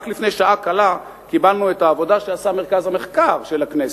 רק לפני שעה קלה קיבלנו את העבודה שעשה מרכז המחקר של הכנסת,